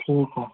ठीक आहे